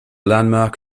landmark